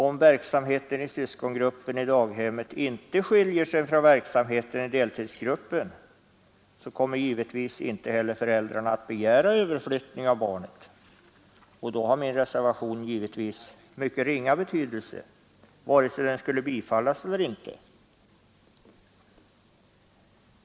Om verksamheten i syskongruppen i daghemmet inte skiljer sig från verksamheten i deltidsgruppen, kommer givetvis inte heller föräldrarna att begära överflyttning av barnet, och då har min reservation givetvis mycket ringa betydelse vare sig den skulle bifallas eller inte.